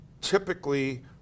typically